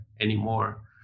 anymore